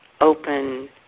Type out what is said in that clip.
open